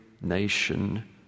nation